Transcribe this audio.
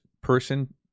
person